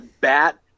bat